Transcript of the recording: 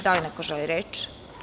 Da li neko želi reč?